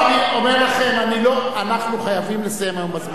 אני אומר לכם: אנחנו חייבים לסיים היום בזמן.